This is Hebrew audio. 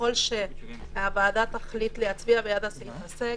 ככול שהוועדה תחליט להצביע בעד הסעיף הזה,